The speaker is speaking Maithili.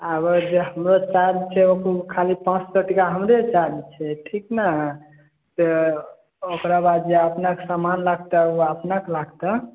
आब जा हमरो चार्ज छै ओकरो खाली पाँच सए टका हमरे चार्ज छै ठीक ने से ओकरा बाद जे अपनेकेँ जे समान लागतै से अपनेकेँ लागतै